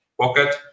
pocket